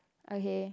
okay